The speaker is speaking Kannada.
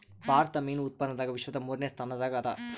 ಭಾರತ ಮೀನು ಉತ್ಪಾದನದಾಗ ವಿಶ್ವದ ಮೂರನೇ ಸ್ಥಾನದಾಗ ಅದ